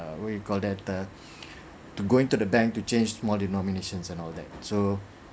what you call that err to going to the bank to changed small denominations and all that so